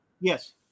yes